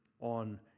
on